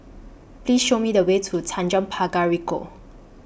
Please Show Me The Way to Tanjong Pagar Ricoh